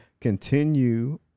Continue